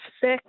sick